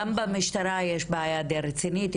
גם במשטרה יש בעיה די רצינית.